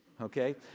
Okay